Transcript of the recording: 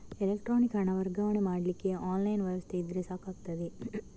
electronic ಹಣ ವರ್ಗಾವಣೆ ಮಾಡ್ಲಿಕ್ಕೆ ಆನ್ಲೈನ್ ವ್ಯವಸ್ಥೆ ಇದ್ರೆ ಸಾಕಾಗ್ತದೆ